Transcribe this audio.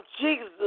Jesus